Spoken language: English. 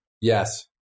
Yes